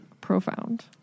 profound